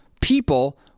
people